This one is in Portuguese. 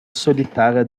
solitária